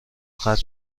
ختم